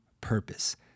purpose